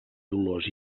dolors